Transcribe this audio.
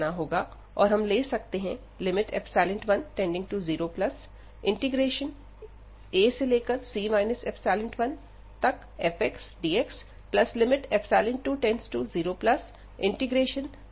और हम ले सकते हैं 10⁡ac 1fxdx20⁡c2bfxdx